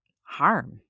harm